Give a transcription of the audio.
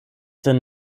denn